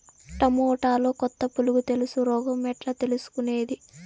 టమోటాలో కొత్త పులుగు తెలుసు రోగం ఎట్లా తెలుసుకునేది?